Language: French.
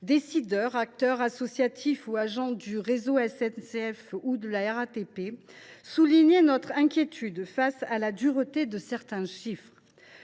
décideurs, acteurs associatifs ou agents des réseaux de la SNCF ou de la RATP, nous avons souligné notre inquiétude face à la dureté de certains chiffres.